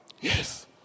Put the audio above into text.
Yes